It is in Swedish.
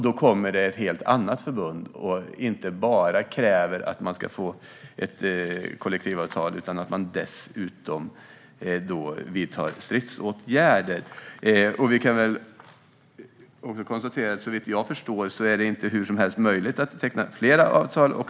Då kommer det ett helt annat förbund som inte bara kräver att få ett kollektivavtal utan dessutom vidtar stridsåtgärder. Såvitt jag förstår är det inte heller möjligt att hur som helst teckna flera avtal.